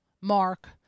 Mark